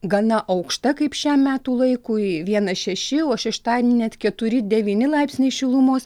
gana aukšta kaip šiam metų laiku vienas šeši o šeštadienį net keturi devyni laipsniai šilumos